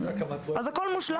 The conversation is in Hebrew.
אז, הכול מושלם.